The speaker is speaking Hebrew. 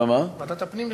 ועדת הפנים לכאורה.